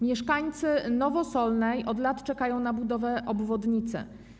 Mieszkańcy Nowosolnej od lat czekają na budowę obwodnicy.